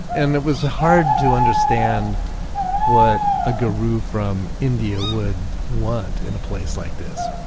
and it was hard to understand what a guru from india would want in a place like this